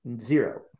zero